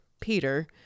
Peter